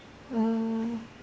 mm